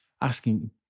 asking